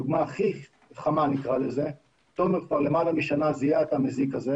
תומר כבר למעלה משנה זיהה את המזיק הזה.